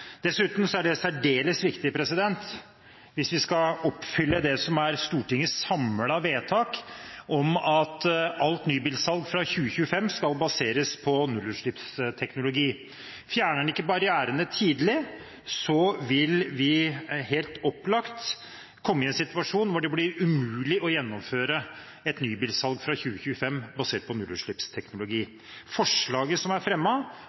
Dessuten er det særdeles viktig hvis vi skal oppfylle Stortingets samlede vedtak om at alt nybilsalg fra 2025 skal baseres på nullutslippsteknologi. Fjerner vi ikke barrierene tidlig, vil vi helt opplagt komme i en situasjon der det blir umulig å gjennomføre et nybilsalg fra 2025 basert på nullutslippsteknologi. Forslaget som er